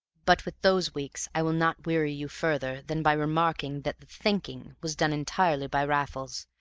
but with those weeks i will not weary you further than by remarking that the thinking, was done entirely by raffles,